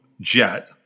jet